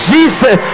Jesus